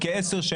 כן.